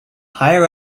higher